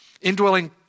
Indwelling